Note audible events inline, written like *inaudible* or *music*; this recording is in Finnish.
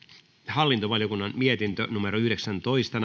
hallintovaliokunnan mietintö yhdeksäntoista *unintelligible*